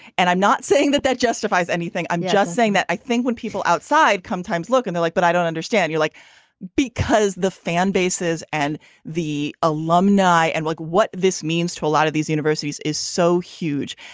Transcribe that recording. and i'm not saying that that justifies anything i'm just saying that i think when people outside come times look and they like but i don't understand you like because the fan bases and the alumni and look what this means to a lot of these universities is so huge.